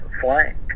flank